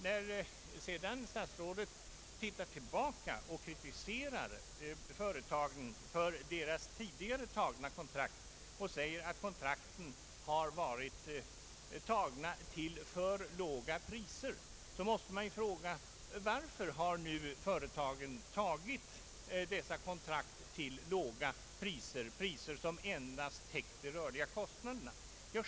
När statsrådet kritiserade företagen för deras tidigare tagna kontrakt och sade att kontrakten tecknats till för låga priser, måste man fråga: Varför har företagen tagit dessa kontrakt till priser som endast täcker de rörliga kostnaderna?